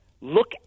look